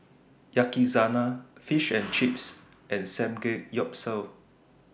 Yakizakana Fish and Chips and Samgeyopsal